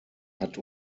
hat